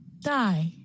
Die